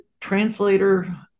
translator